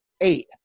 eight